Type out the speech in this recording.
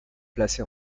placé